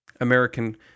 American